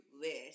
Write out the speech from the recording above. list